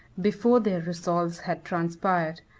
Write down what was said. before their resolves had transpired,